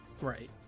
right